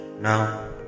Now